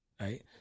right